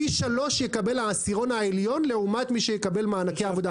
פי שלושה יקבל העשירון העליון לעומת מי שיקבל מענקי עבודה.